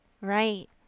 Right